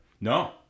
no